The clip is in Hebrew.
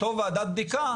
אותה ועדת בדיקה,